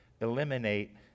Eliminate